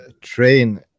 train